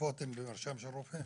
התרופות הן במרשם של רופא.